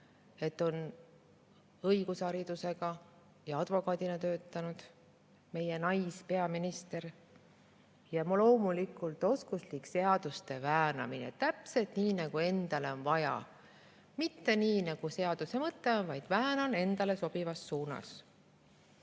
on õigusharidusega ja on töötanud advokaadina. Loomulikult oskuslik seaduste väänamine, täpselt nii, nagu endale on vaja. Mitte nii, nagu seaduse mõte on, vaid väänan endale sobivas suunas.